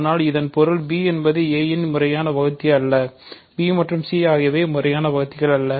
ஆனால் இதன் பொருள் b என்பது a இன் முறையான வகுத்தி அல்ல b மற்றும் c ஆகியவை முறையான வகுத்திகள் அல்ல